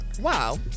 wow